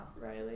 Riley